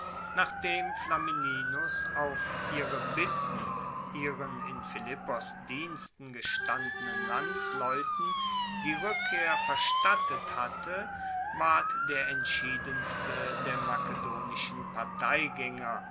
nachdem flamininus auf ihre bitten ihren in philippos diensten gestandenen landsleuten die rueckkehr verstattet hatte ward der entschiedenste der makedonischen